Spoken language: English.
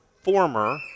former